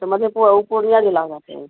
अच्छा मधेपुरा ऊ पूर्निया ज़िला हो जाते हैं